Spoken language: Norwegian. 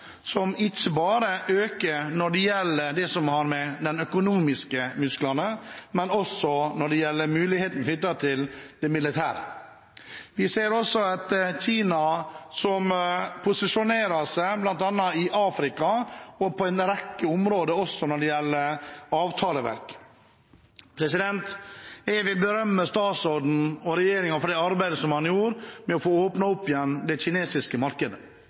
som ikke bare blir større når det gjelder det som har med de økonomiske musklene å gjøre, men også når det gjelder det militære. Vi ser også et Kina som posisjonerer seg bl.a. i Afrika og på en rekke områder når det gjelder avtaleverk. Jeg vil berømme utenriksministeren og regjeringen for det arbeidet de gjorde for å åpne opp igjen det kinesiske markedet.